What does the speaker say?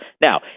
Now